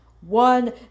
One